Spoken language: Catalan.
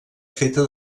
feta